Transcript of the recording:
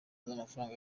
z’amafaranga